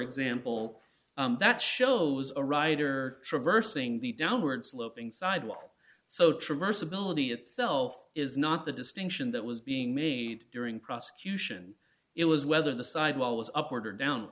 example that shows a rider traversing the downward sloping sidewalk so traverse ability itself is not the distinction that was being made during prosecution it was whether the side wall was up or down